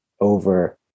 over